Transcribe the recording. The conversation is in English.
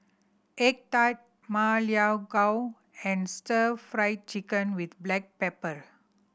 egg tart Ma Lai Gao and Stir Fry Chicken with black pepper